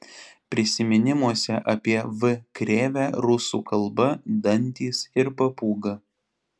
prisiminimuose apie v krėvę rusų kalba dantys ir papūga